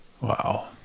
Wow